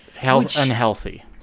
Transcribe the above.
Unhealthy